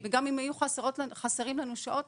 וגם אם היו חסרים לנו שעות,